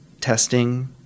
testing